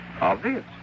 Obvious